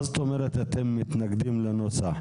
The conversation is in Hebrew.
מה זאת אומרת אתם מתנגדים לנוסח?